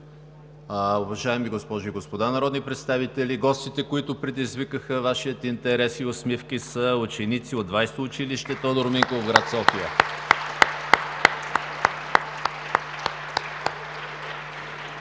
Уважаеми госпожи и господа народни представители, гостите, които предизвикаха Вашия интерес и усмивки, са ученици от 20-о училище „Тодор Минков“ в град София. (С